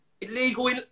illegal